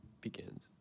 begins